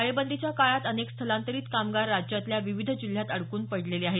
टाळेबंदीच्या काळात अनेक स्थलांतरित कामगार राज्यातल्या विविध जिल्ह्यात अडकून पडलेले आहे